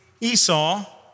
Esau